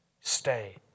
Stay